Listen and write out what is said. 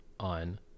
on